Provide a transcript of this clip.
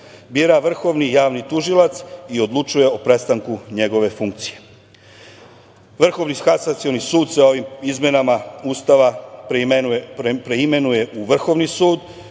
bira Vrhovni javni tužilac i odlučuje o prestanku njegove funkcije. Vrhovni kasacioni sud se ovim izmenama Ustava preimenuje u Vrhovni sud.